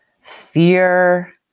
fear